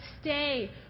stay